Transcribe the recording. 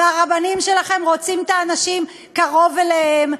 והרבנים שלכם רוצים את האנשים קרוב אליהם,